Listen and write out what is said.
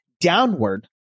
downward